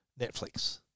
Netflix